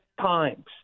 times